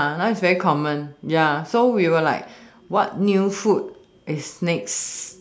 uh that is very common ya so I was like what new food is next